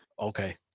Okay